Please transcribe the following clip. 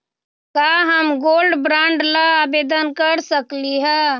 का हम gold bond ला आवेदन कर सकली ह?